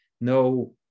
no